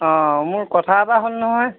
অ' মোৰ কথা এটা হ'ল নহয়